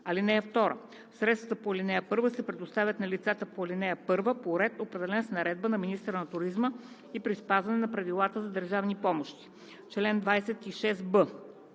суми. (2) Средствата по ал. 1 се предоставят на лицата по ал. 1 по ред, определен с наредба на министъра на туризма и при спазване на правилата за държавните помощи. Чл. 26б.